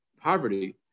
poverty